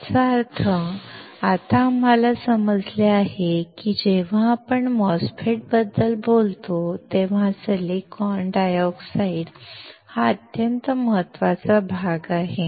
याचा अर्थ आता आम्हाला समजले आहे की जेव्हा आपण MOSFET बद्दल बोलतो तेव्हा सिलिकॉन डायऑक्साइड हा अत्यंत महत्त्वाचा भाग आहे